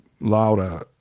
Laura